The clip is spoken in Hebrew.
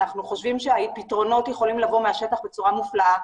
אנחנו חושבים שפתרונות יכולים לבוא מהשטח בצורה מופלאה,